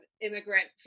immigrant